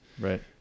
Right